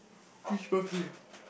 which birthday